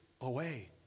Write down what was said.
away